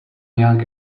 young